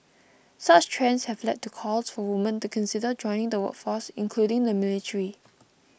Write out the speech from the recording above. such trends have led to calls for women to consider joining the workforce including the military